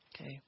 okay